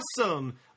awesome